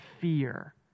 fear